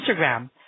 Instagram